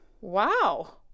wow